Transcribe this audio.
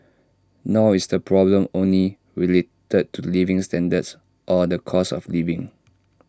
nor is the problem only related to living standards or the cost of living